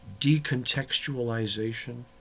decontextualization